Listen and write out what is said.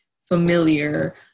familiar